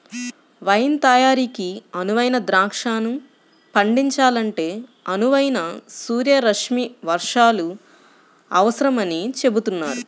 wine తయారీకి అనువైన ద్రాక్షను పండించాలంటే అనువైన సూర్యరశ్మి వర్షాలు అవసరమని చెబుతున్నారు